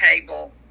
table